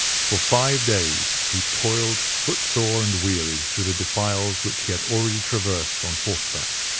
for five days he toiled footsore and weary through the defiles which he had already traversed on horseback.